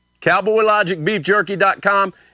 CowboyLogicBeefJerky.com